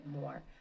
more